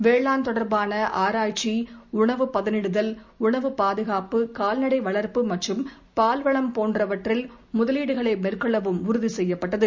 வேளாண் தொடர்பான ஆராய்ச்சி உணவு பதனிடுதல் உணவு பாதுகாப்பு கால்நடை வளர்ப்பு மற்றும் பால்வளம் போன்ற்றில் முதலீடுகளை மேற்கொள்ளவும் உறுதி செய்யப்பட்டது